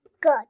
Good